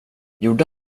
gjorde